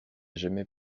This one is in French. jamais